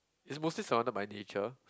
is mostly surrounded by nature